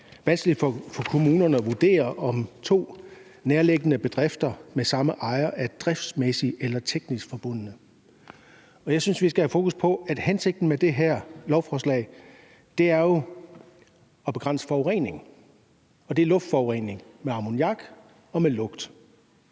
vanskeligt for kommunerne at vurdere, om to nærliggende bedrifter med samme ejer er driftsmæssigt eller teknisk forbundne. Jeg synes, vi skal have fokus på, at hensigten med det her lovforslag jo er at begrænse forurening, og det er luftforurening med ammoniak og med lugt.